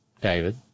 David